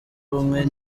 ubumwe